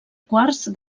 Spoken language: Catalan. quars